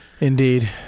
Indeed